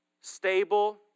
Stable